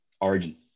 Origin